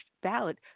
ballot